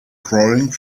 growing